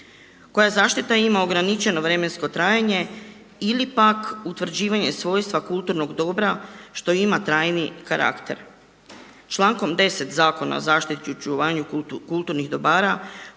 Koja zaštita ima ograničeno vremensko trajanje ili pak utvrđivanje svojstva kulturnog dobra što ima trajni karakter. Člankom 10. Zakona o zaštiti i očuvanju kulturnih dobara